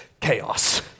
chaos